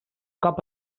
cop